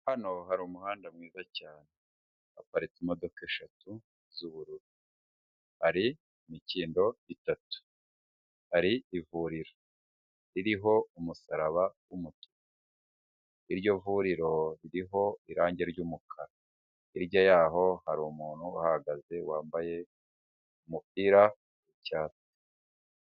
Hano hari umuhanda mwiza cyane, haparitse imodoka eshatu z'ubururu, hari imikindo itatu, hari ivuriro ririho umusaraba w'umutuku, iryo vuriro ririho irangi ry'umukara, hirya yaho hari umuntu uhagaze wambaye umupira w'icyatsi.